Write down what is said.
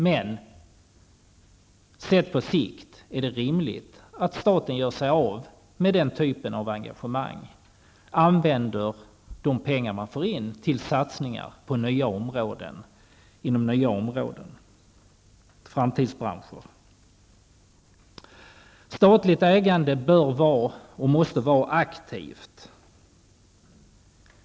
Men sett på sikt är det rimligt att staten gör sig av med den typen av engagemang och använder de pengar man får in till satsningar inom nya områden, i framtidsbranscher. Statligt ägande bör och måste vara aktivt.